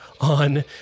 on